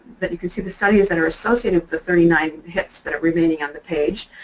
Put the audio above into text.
that you can see the studies that are associated with the thirty nine hits that are remaining on the page,